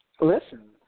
Listen